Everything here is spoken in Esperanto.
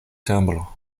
ĉambro